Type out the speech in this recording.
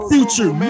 Future